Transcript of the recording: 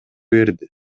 берди